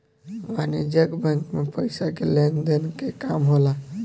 वाणिज्यक बैंक मे पइसा के लेन देन के काम होला